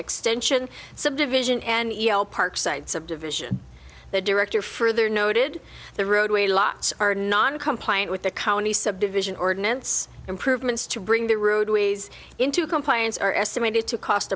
extension subdivision and yell parkside subdivision the director for their noted the roadway lots are non compliant with the county subdivision ordinance improvements to bring the road ways into compliance are estimated to cost